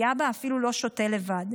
כי אבא אפילו לא שותה לבד.